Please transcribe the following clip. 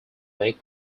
make